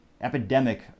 epidemic